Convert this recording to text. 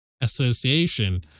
Association